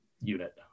unit